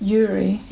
Yuri